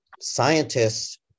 scientists